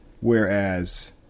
whereas